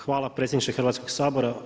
Hvala predsjedniče Hrvatskog sabora.